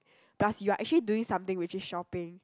plus you are actually doing something which is shopping